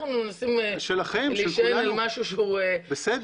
אנחנו מנסים להישען על משהו שהוא מוחשי.